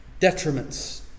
detriments